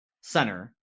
center